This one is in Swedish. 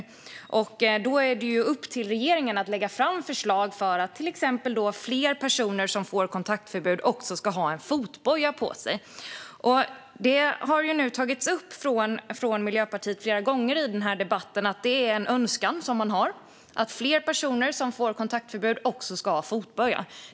Då är det upp till regeringen att lägga fram förslag för att till exempel fler personer som får kontaktförbud också ska ha en fotboja på sig. Det har tagits upp av Miljöpartiet flera gånger i denna debatt att man har en önskan att fler personer som får kontaktförbud också ska ha fotboja.